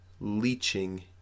leaching